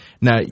Now